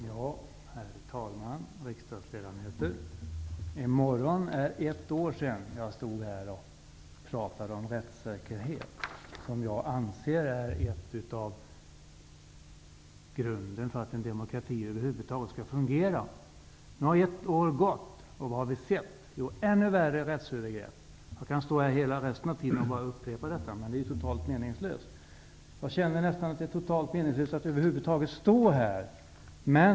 Herr talman! Riksdagsledamöter! I morgon är det ett år sedan jag stod här och talade om rättssäkerheten, som jag anser är en av grundstenarna för att en demokrati över huvud taget skall fungera. Nu har alltså ett år gått. Och vad har vi sett? Jo, ännu värre rättsövergrepp. Jag kan använda hela taletiden till upprepningar. Men det är ju totalt meningslöst. Jag känner att det är nästan totalt meningslöst att över huvud taget stå här och tala.